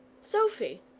sophy,